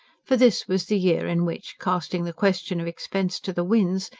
for this was the year in which, casting the question of expense to the winds,